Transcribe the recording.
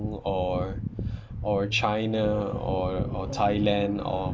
or or china or or thailand or